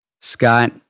Scott